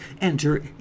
enter